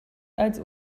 als